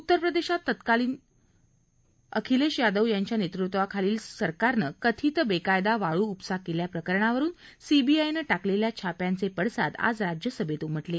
उत्तर प्रदेशात तत्कालीन अखिलेश यादव यांच्या नेतृत्वाखालील सरकारनं कथित बेकायदा वाळू उपसा केल्याप्रकरणावरून सीबीआयनं टाकलेल्या छाप्यांचे पडसाद आज राज्यसभेत उमटले